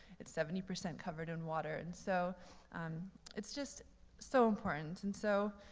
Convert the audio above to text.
it's seventy percent covered in water. and so it's just so important. and so,